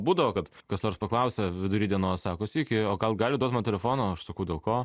būdavo kad kas nors paklausia vidury dienos sako sveiki o gal galit duot man telefoną aš sakau dėl ko